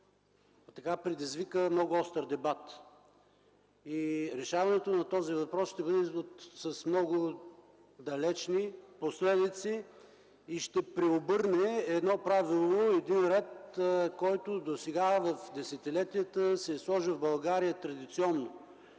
точка предизвика много остър дебат. Решаването на този въпрос ще бъде с много далечни последици и ще преобърне едно правило, един ред, който досега в десетилетията се е сложил в България традиционно